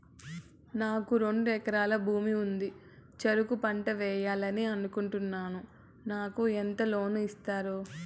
నాకు రెండు ఎకరాల భూమి ఉంది, చెరుకు పంట వేయాలని అనుకుంటున్నా, నాకు ఎంత లోను ఇస్తారు?